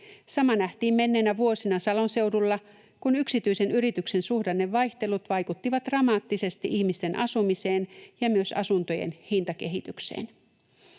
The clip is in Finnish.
Sama nähtiin menneinä vuosina Salon seudulla, kun yksityisen yrityksen suhdannevaihtelut vaikuttivat dramaattisesti ihmisten asumiseen ja myös asuntojen hintakehitykseen.